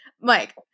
Mike